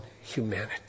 humanity